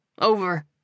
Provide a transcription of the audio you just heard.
Over